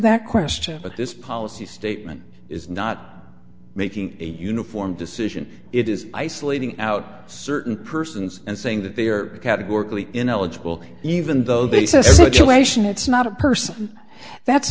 that question but this policy statement is not making a uniform decision it is isolating out certain persons and saying that they are categorically ineligible even though they said situation it's not a person that's